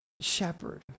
shepherd